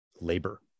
labor